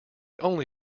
only